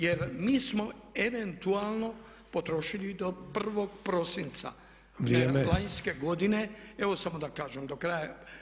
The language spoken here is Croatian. Jer mi smo eventualno potrošili do 1. prosinca lanjske godine [[Upadica Sanader: Vrijeme.]] Evo samo da kažem do kraja.